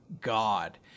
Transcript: God